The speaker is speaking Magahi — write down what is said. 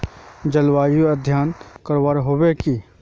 जलवायु अध्यन करवा होबे बे?